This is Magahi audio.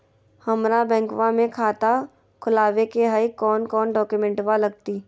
हमरा बैंकवा मे खाता खोलाबे के हई कौन कौन डॉक्यूमेंटवा लगती?